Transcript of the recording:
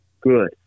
Good